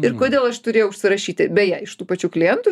ir kodėl aš turėjau užsirašyti beje iš tų pačių klientų